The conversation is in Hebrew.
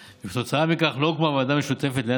וכתוצאה מכך לא הוקמה ועדה משותפת לעניין